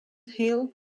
hill